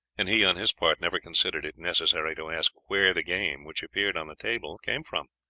and he on his part never considered it necessary to ask where the game which appeared on the table came from.